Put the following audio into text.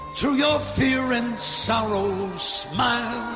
to your fear and sorrow smile.